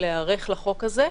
להיערך לחוק הזה.